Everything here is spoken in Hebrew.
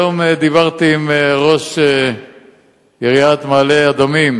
היום דיברתי עם ראש עיריית מעלה-אדומים